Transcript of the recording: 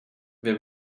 wer